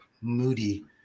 moody